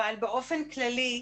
אבל באופן כללי,